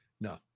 no